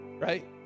right